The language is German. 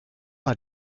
mal